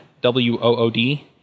W-O-O-D